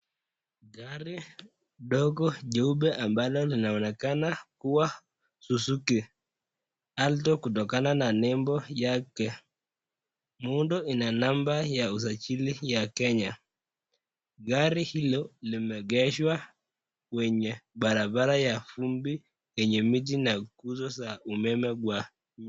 Gari dogo jeupe ambalo linaonekana kuwa Suzuki, alto kutokana na nembo yake. Muundo ina nambaya usajili ya Kenya. Gari hilo limeegeshwa kwenye barabara ya fumbi yenye miti na guzo za umeme.